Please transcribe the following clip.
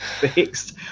fixed